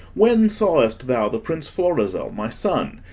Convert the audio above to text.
when sawest thou the prince florizel, my son?